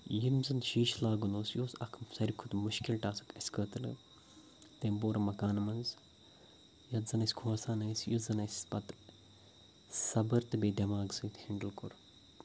یِم زَن شیٖشہِ لاگُن اوس یہِ اوس اَکھ ساروٕے کھوتہٕ مُشکل ٹاسک اَسہِ خٲطرٕ تیٚمۍ بوٚر مکان منٛز یَتھ زَن أسۍ کھوژان ٲسۍ یُس زَن اَسہِ پَتہٕ صبر تہٕ بیٚیہِ دٮ۪ماغ سۭتۍ ہٮ۪نٛڈٕل کوٚر